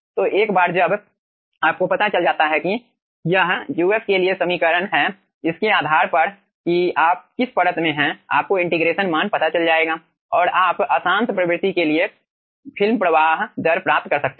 तो एक बार जब आपको पता चल जाता है कि यह uf के लिए समीकरण है इसके आधार पर कि आप किस परत में हैं आपको इंटीग्रेशन मान पता चल जाएगा और आप अशांत प्रवृत्ति के लिए फिल्म प्रवाह दर प्राप्त कर सकते हैं